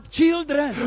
children